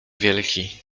wielki